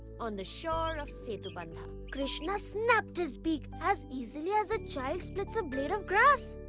on the shore of setubandha. krishna snapped his beak as easily as a child splits a blade of grass.